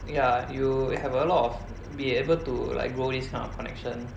ya you'll have a lot of be able to like grow this kind of connection